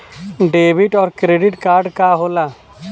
Debit और credit card का होला?